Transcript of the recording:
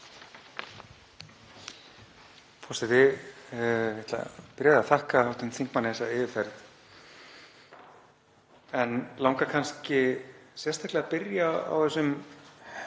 Forseti. Ég ætla að byrja á að þakka hv. þingmanni þessa yfirferð en langar kannski sérstaklega að byrja á þessum